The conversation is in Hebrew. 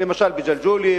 למשל בג'לג'וליה,